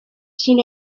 seen